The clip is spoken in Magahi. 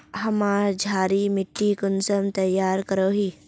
हमार क्षारी मिट्टी कुंसम तैयार करोही?